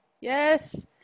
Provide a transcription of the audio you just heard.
Yes